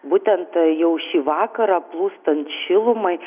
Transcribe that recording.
būtent jau šį vakarą plūstant šilumai